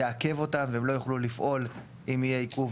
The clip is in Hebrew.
תעכב אותם והם לא יוכלו לפעול אם יהיה עיכוב,